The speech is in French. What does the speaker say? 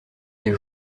les